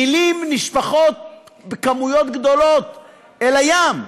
מילים נשפכות בכמויות גדולות אל הים,